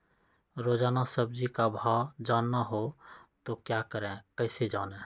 रोजाना सब्जी का भाव जानना हो तो क्या करें कैसे जाने?